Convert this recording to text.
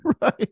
Right